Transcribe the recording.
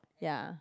ya